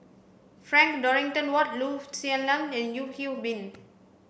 Frank Dorrington Ward Loo Zihan and Yeo Hwee Bin